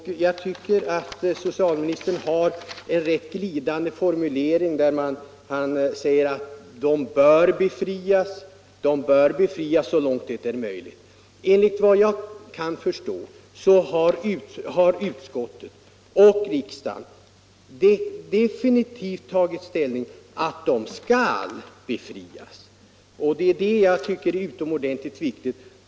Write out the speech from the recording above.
Jag tycker, att socialministern använder en rätt glidande Nr 10 formulering när han säger att vederbörande bör befrias så långt det är Torsdagen den möjligt. Enligt vad jag kan förstå har utskottet och kammaren definitivt 23 januari 1975 tagit ställning för att sjukvårdspersonal som begär befrielse från att delta. i abortingrepp skall befrias. Det är det jag anser är så utomordentligt — Om skyldigheten för viktigt.